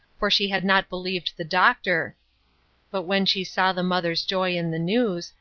for she had not believed the doctor but when she saw the mother's joy in the news,